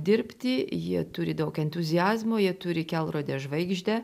dirbti jie turi daug entuziazmo jie turi kelrodę žvaigždę